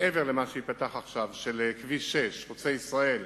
מעבר למה שייפתח עכשיו, של כביש 6, חוצה-ישראל,